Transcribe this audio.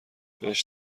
بهش